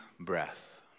Breath